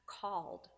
called